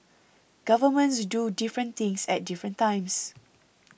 governments do different things at different times